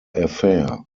affair